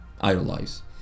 idolize